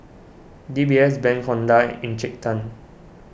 D B S Bank Honda and Encik Tan